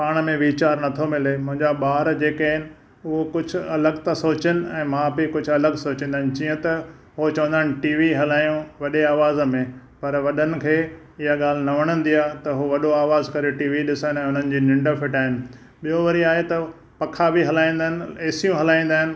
पाण में वीचार नथो मिले मुंहिंजा ॿार जेके आहिनि उहो कुझु अलॻि था सोचिनि ऐं माउ पीउ कुझु अलॻि सोचींदा आहिनि जीअं त उहे चवंदा आहिनि टी वी हलायूं वॾे आवाज़ में पर वॾनि खे इहा ॻाल्हि न वणंदी आहे त उहो वॾो आवाज़ु करे टी वी ॾिसनि ऐं हुननि जी निंड फिटाइन ॿियो वरी आहे त पंखा बि हलाईंदा आहिनि ए सियूं हलाईंदा आहिनि